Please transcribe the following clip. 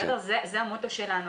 אגב, זה המוטו שלנו.